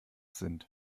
sind